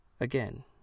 Again